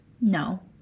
No